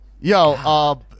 Yo